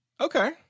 Okay